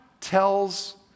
tells